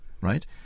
right